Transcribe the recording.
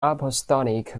apostolic